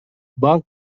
банк